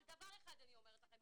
אבל דבר אחד אני אומרת לכם,